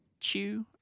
Chew